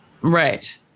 Right